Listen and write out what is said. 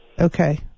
okay